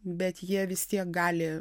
bet jie vis tiek gali